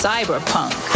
Cyberpunk